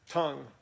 tongue